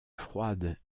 froide